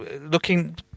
looking